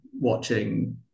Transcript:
watching